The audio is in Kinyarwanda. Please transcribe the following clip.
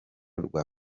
rwa